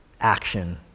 action